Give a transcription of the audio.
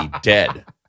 dead